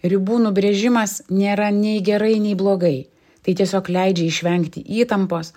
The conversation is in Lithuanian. ribų nubrėžimas nėra nei gerai nei blogai tai tiesiog leidžia išvengti įtampos